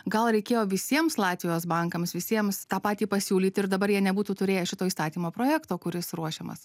gal reikėjo visiems latvijos bankams visiems tą patį pasiūlyt ir dabar jie nebūtų turėję šito įstatymo projekto kuris ruošiamas